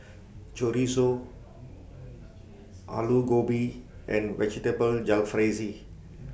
Chorizo Alu Gobi and Vegetable Jalfrezi